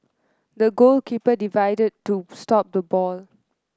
the goalkeeper dived to stop the ball